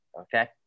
Okay